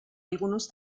algunos